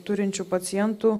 turinčių pacientų